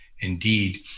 indeed